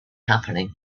happening